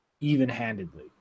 even-handedly